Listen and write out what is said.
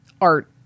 art